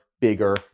bigger